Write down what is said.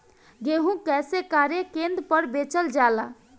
गेहू कैसे क्रय केन्द्र पर बेचल जाला?